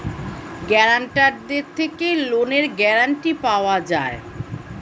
গ্যারান্টারদের থেকে লোনের গ্যারান্টি পাওয়া যায়